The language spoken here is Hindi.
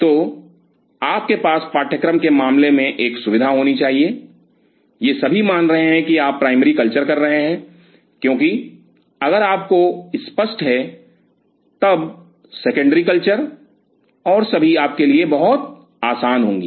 तो आपके पास पाठ्यक्रम के मामले में एक सुविधा होनी चाहिए ये सभी मान रहे हैं कि आप प्राइमरी कल्चर कर रहे हैं क्योंकि अगर यह आपको स्पष्ट है तब सेकेंड्री कल्चर और सभी आपके लिए बहुत आसान होंगी